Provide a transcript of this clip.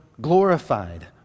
glorified